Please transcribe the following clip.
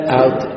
out